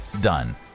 done